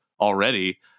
already